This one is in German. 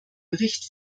bericht